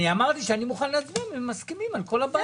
אני אמרתי שאני מוכן להצביע אם הם מסכימים על כל הבעיות שהתעוררו.